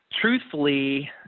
truthfully